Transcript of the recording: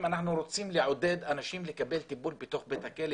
שרוצים לעודד אנשים לקבל טיפול בתוך בית הכלא,